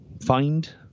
find